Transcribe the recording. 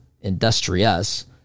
industrious